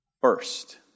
First